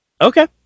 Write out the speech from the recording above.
Okay